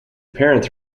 parents